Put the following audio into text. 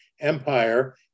Empire